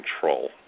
control